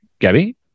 gabby